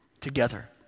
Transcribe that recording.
together